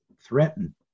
threaten